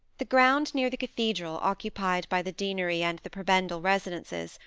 the ground near the cathedral, occupied by the deanery and the prebendal residences,